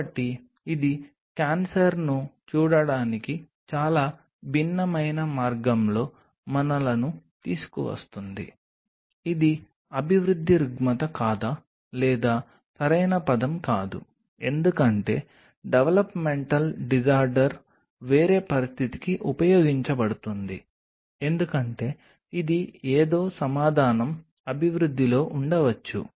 కాబట్టి ఇది క్యాన్సర్ను చూడడానికి చాలా భిన్నమైన మార్గంలో మనలను తీసుకువస్తుంది ఇది అభివృద్ధి రుగ్మత కాదా లేదా సరైన పదం కాదు ఎందుకంటే డెవలప్మెంటల్ డిజార్డర్ వేరే పరిస్థితికి ఉపయోగించబడుతుంది ఎందుకంటే ఇది ఏదో సమాధానం అభివృద్ధిలో ఉండవచ్చు